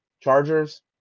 Chargers